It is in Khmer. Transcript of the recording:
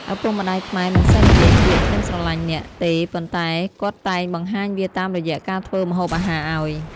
ឪពុកម្តាយខ្មែរមិនសូវនិយាយពាក្យ "ខ្ញុំស្រលាញ់អ្នក" ទេ ប៉ុន្តែគាត់តែងបង្ហាញវាតាមរយៈការធ្វើម្ហូបអាហារអោយ។